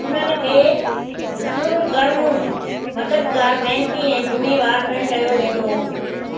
उन्हनि खे सुर्गर्मु मददगार महिनती ऐं ज़िम्मेवारु पिण कयो वेंदो हो